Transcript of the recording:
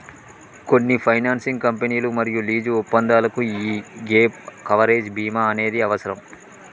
కొన్ని ఫైనాన్సింగ్ కంపెనీలు మరియు లీజు ఒప్పందాలకు యీ గ్యేప్ కవరేజ్ బీమా అనేది అవసరం